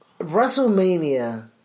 WrestleMania